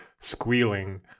squealing